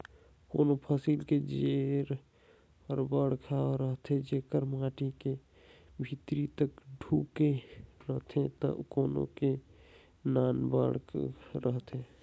कोनों फसिल के जेर हर बड़खा रथे जेकर माटी के भीतरी तक ढूँके रहथे त कोनो के नानबड़ रहथे